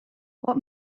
what